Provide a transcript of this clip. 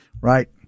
right